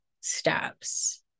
steps